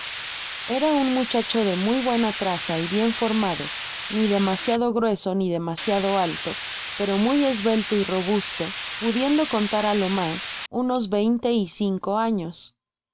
era un muchacho de muy buena traza y bien formado ni demasiado grueso ni demasiado alto pero mny esbelto y robusto pudiendo contar á lo mas unos veinte y cinco años